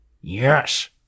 Yes